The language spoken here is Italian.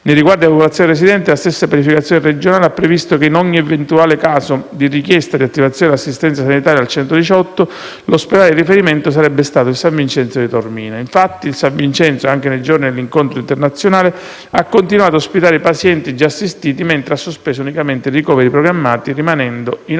Nei riguardi della popolazione residente, la stessa pianificazione regionale ha previsto che, in ogni eventuale caso di richiesta d'attivazione dell'assistenza sanitaria al 118, l'ospedale di riferimento sarebbe stato il San Vincenzo di Taormina. Quest'ultimo infatti, anche nei giorni dell'incontro internazionale, ha continuato ad ospitare i pazienti già assistiti, mentre ha sospeso unicamente i ricoveri programmati, rimanendo, in ogni